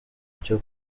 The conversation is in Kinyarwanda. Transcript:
cyo